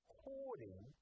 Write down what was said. hoarding